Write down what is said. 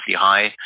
high